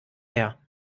her